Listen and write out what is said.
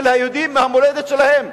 של היהודים מהמולדת שלהם,